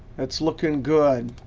that's looking good.